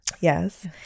Yes